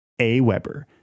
AWeber